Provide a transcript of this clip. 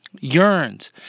yearns